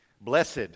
Blessed